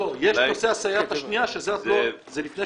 אולי